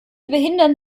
behindern